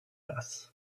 earth